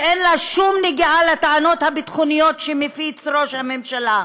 ואין לה שום נגיעה לטענות הביטחוניות שמפיץ ראש הממשלה.